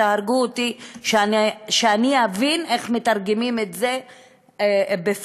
תהרגו אותי אם אני מבינה איך מתרגמים את זה בפועל,